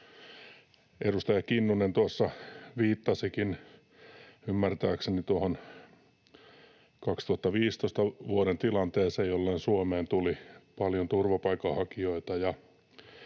edustaja Kinnunen tuossa viittasikin ymmärtääkseni tuohon vuoden 2015 tilanteeseen, jolloin Suomeen tuli paljon turvapaikanhakijoita,